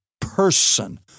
person